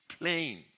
plain